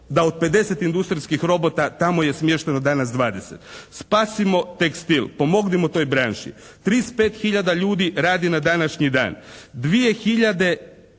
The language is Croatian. da od 50 industrijskih robota tamo je smješteno danas 20. Spasimo tekstil, pomognimo toj branši. 35 hiljada ljudi radi na današnji dan. 2000.